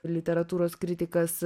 literatūros kritikas